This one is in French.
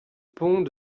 pont